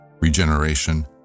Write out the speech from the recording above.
Regeneration